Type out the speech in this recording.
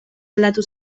aldatu